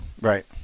Right